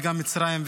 וגם מצרים,